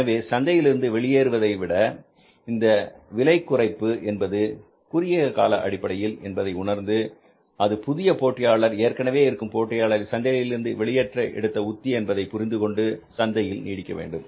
எனவே சந்தையில் இருந்து வெளியேறுவதை விட இந்த விலை குறைப்பு என்பது குறுகிய கால அடிப்படையில் என்பதை உணர்ந்து அது புதிய போட்டியாளர் ஏற்கனவே இருக்கும் போட்டியாளரை சந்தையிலிருந்து வெளியேற்ற எடுத்த உத்தி என்பதை புரிந்து கொண்டு சந்தையில் நீடிக்க வேண்டும்